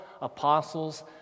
apostles